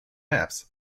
maps